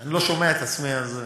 אני לא שומע את עצמי, אז,